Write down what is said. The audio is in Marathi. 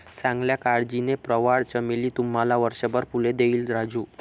चांगल्या काळजीने, प्रवाळ चमेली तुम्हाला वर्षभर फुले देईल राजू